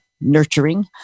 nurturing